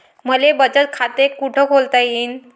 मले बचत खाते कुठ खोलता येईन?